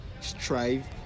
strive